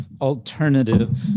alternative